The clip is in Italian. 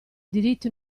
diritti